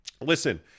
listen